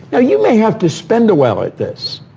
ah you may have to spend a while at this.